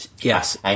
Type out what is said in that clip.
Yes